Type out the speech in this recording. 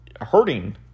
hurting